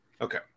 Okay